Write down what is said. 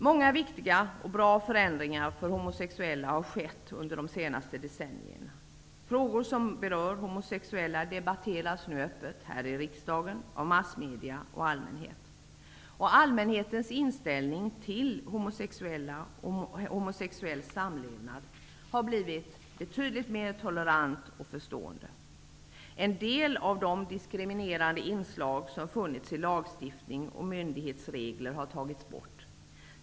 Många viktiga och bra förändringar för homosexuella har skett under de senaste decennierna. Frågor som berör homosexuella debatteras nu öppet här i riksdagen, av massmedierna och allmänhet. Allmänhetens inställning till homosexuella och homosexuell samlevnad har blivit betydligt mer tolerant och förstående. En del av de diskriminerande inslag som funnits i lagstiftning och myndighetsregler har tagits bort.